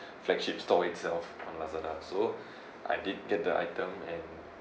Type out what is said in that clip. flagship store itself on lazada so I did get the item and